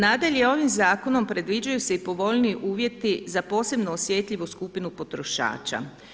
Nadalje, ovim zakonom predviđaju se i povoljniji uvjeti za posebno osjetljivu skupinu potrošača.